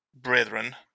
brethren